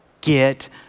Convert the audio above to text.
get